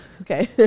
Okay